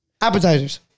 Appetizers